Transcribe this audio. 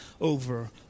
over